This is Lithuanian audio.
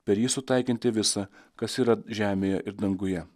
per jį sutaikinti visa kas yra žemėje ir danguje